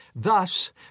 Thus